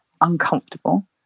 uncomfortable